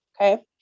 okay